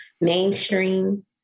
mainstream